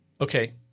Okay